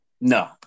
No